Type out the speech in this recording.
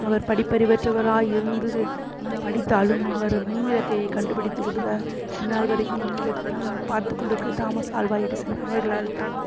அவர் படிப்பறிவற்றவராய் இருந்தது படித்தாலும் அவர் மின்விளக்கை கண்டுபிடித்துக் கொடுத்தார் இந்நாள் வரைக்கும் மின்விளக்கு நம் பார்த்துக்கொண்டு இருக்கு தாமஸ் ஆல்வா எடிசன் அவர்களால் தான்